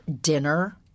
dinner